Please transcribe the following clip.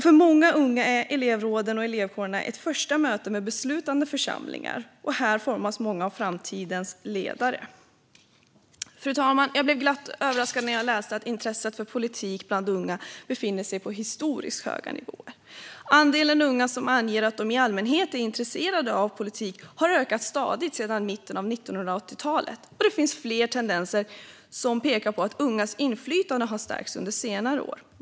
För många unga är elevråden och elevkårerna ett första möte med beslutande församlingar. Och här formas många av framtidens ledare. Fru talman! Jag blev glatt överraskad när jag läste att intresset för politik bland unga befinner sig på historiskt höga nivåer. Andelen unga som anger att de i allmänhet är intresserade av politik har ökat stadigt sedan mitten av 1980-talet, och det finns fler tendenser som pekar på att ungas inflytande har stärkts under senare år.